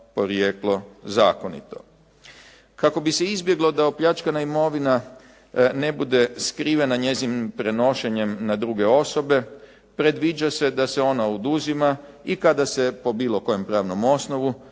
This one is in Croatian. Kako bi se izbjeglo da opljačkana imovina ne bude skrivena njezinim prenošenjem na druge osobe, predviđa se da se ona oduzima i kada se po kojem pravnom osnovu